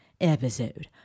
Episode